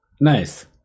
Nice